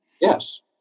yes